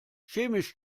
chemisch